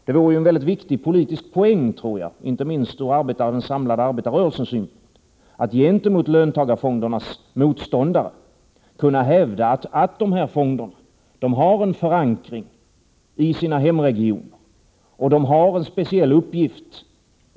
Det vore en väldigt viktig politisk poäng, tror jag, inte minst ur den samlade arbetarrörelsens synpunkt, att gentemot löntagarfondernas motståndare kunna hävda att de här fonderna har en förankring i sina hemregioner och att de har en speciell uppgift.